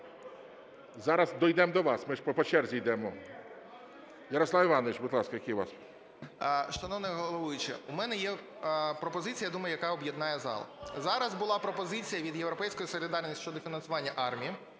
Зараз дійдемо до вас, ми ж по черзі йдемо. Ярослав Іванович, будь ласка, який у вас? 11:45:52 ЖЕЛЕЗНЯК Я.І. Шановний головуючий, у мене є пропозиція, я думаю, яка об'єднає зал. Зараз була пропозиція від "Європейської солідарності" щодо фінансування армії,